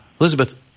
Elizabeth